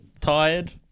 Tired